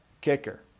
kicker